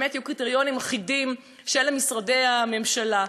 שבאמת יהיו קריטריונים אחידים של משרדי הממשלה,